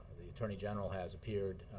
the attorney general has appeared